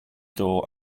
door